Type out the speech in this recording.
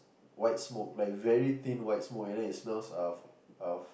white smoke like very thin white smoke and then it smells of of